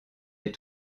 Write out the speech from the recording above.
est